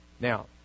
Now